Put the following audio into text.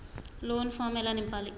Loan form ఎలా నింపాలి?